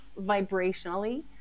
vibrationally